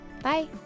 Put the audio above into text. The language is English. Bye